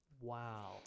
Wow